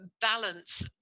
balance